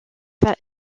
pas